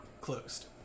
Closed